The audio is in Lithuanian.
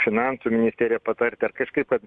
finansų ministerija patarti ar kažkaip